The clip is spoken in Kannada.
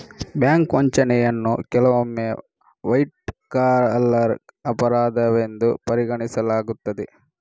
ಬ್ಯಾಂಕ್ ವಂಚನೆಯನ್ನು ಕೆಲವೊಮ್ಮೆ ವೈಟ್ ಕಾಲರ್ ಅಪರಾಧವೆಂದು ಪರಿಗಣಿಸಲಾಗುತ್ತದೆ